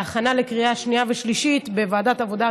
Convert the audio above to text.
בהכנה לקריאה שנייה ושלישית בוועדת העבודה,